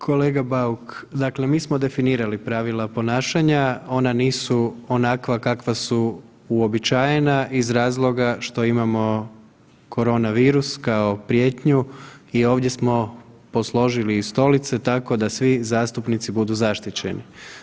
Kolega Bauk, dakle mi smo definirali pravila ponašanja, ona nisu onakva kakva su uobičajena iz razloga što imamo koronavirus kao prijetnju i ovdje smo posložili stolice tako da svi zastupnici budu zaštićeni.